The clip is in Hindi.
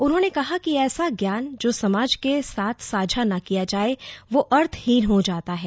उन्होंने कहा कि ऐसा ज्ञान जो समाज के साथ साझा न किया जाए वह अर्थहीन हो जाता है